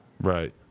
Right